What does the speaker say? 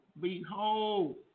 behold